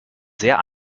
sehr